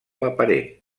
aparent